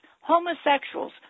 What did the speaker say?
homosexuals